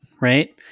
Right